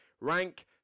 Rank